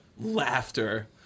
laughter